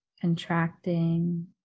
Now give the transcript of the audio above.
contracting